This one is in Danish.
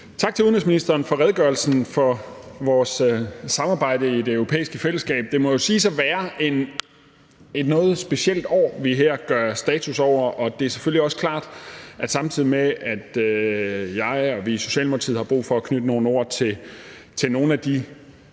Tak til udenrigsministeren for redegørelsen for vores samarbejde i det europæiske fællesskab. Det må jo siges at være et noget specielt år, vi her gør status over, og det er også klart, at samtidig med at jeg og vi i Socialdemokratiet har brug for at knytte nogle ord til nogle af de